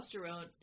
testosterone